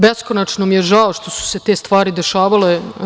Beskonačno mi je žao što su se te stvari dešavale.